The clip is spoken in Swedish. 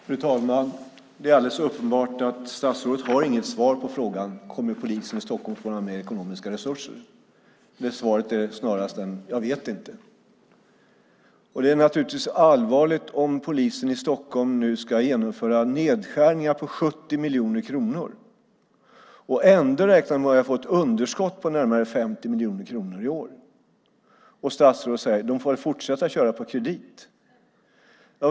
Fru talman! Det är alldeles uppenbart att statsrådet inte har något svar på frågan: Kommer polisen i Stockholm att få mer ekonomiska resurser? Svaret är snarast: Jag vet inte. Det är naturligtvis allvarligt om polisen i Stockholm ska genomföra nedskärningar med 70 miljoner kronor. Man räknar med ett underskott på 50 miljoner kronor i år. Statsrådet säger att de får fortsätta att arbeta på kredit.